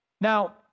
Now